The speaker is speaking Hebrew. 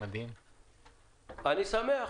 אני שמח.